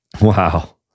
Wow